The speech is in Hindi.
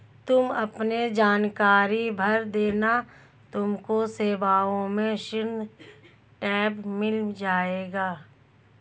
तुम अपने जानकारी भर देना तुमको सेवाओं में ऋण टैब मिल जाएगा